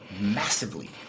massively